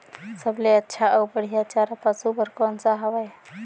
सबले अच्छा अउ बढ़िया चारा पशु बर कोन सा हवय?